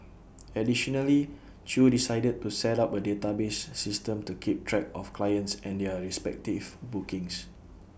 additionally chew decided to set up A database system to keep track of clients and their respective bookings